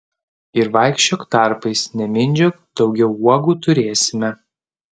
ir vaikščiok tarpais nemindžiok daugiau uogų turėsime